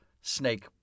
snake